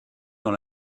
dans